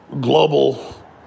global